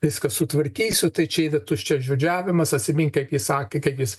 viską sutvarkysiu tai čia yra tuščiažodžiavimas atsimink kaip jis sakė kaip jis